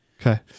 Okay